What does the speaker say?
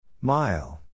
Mile